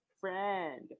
friend